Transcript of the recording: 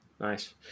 Nice